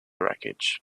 wreckage